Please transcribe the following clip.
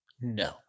No